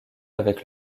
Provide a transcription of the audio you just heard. avec